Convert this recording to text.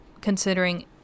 considering